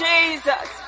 Jesus